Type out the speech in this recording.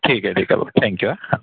ठीक आहे ठीक आहे भाऊ थँक यू हा हा